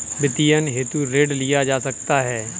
वित्तीयन हेतु ऋण लिया जा सकता है